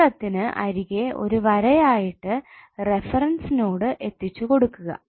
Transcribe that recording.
ചിത്രത്തിന് അരികെ ഒരു വരയായിട്ടു റഫറൻസ് നോഡ് എത്തിച്ചുകൊടുക്കുക